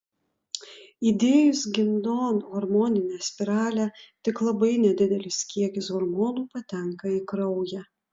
įdėjus gimdon hormoninę spiralę tik labai nedidelis kiekis hormonų patenka į kraują